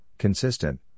consistent